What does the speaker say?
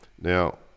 Now